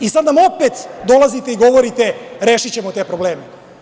Sad nam opet dolazite i govorite – rešićemo te probleme.